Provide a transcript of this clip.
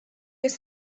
jest